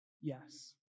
Yes